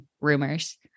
rumors